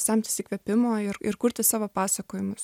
semtis įkvėpimo ir ir kurti savo pasakojimus